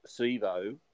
Sevo